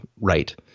right